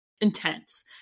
intense